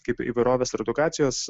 kaip įvairovės ir edukacijos